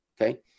Okay